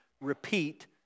repeat